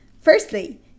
Firstly